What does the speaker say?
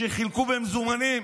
שחילקו במזומנים,